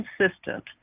consistent